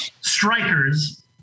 strikers